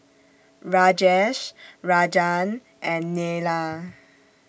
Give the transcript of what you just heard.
Rajesh Rajan and Neila